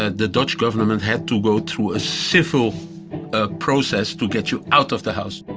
ah the dutch government and had to go through a civil ah process to get you out of the house